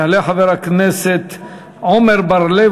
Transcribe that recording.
יעלה חבר הכנסת עמר בר-לב,